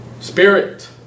Spirit